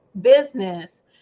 business